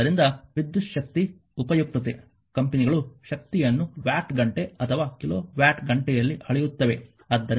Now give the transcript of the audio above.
ಆದ್ದರಿಂದ ವಿದ್ಯುತ್ ಶಕ್ತಿ ಉಪಯುಕ್ತತೆ ಕಂಪನಿಗಳು ಶಕ್ತಿಯನ್ನು ವ್ಯಾಟ್ ಗಂಟೆ ಅಥವಾ ಕಿಲೋ ವ್ಯಾಟ್ ಗಂಟೆಯಲ್ಲಿ ಅಳೆಯುತ್ತವೆ